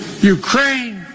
Ukraine